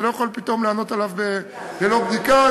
אני לא יכול לענות עליו ללא בדיקה.